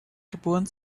geboren